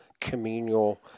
communal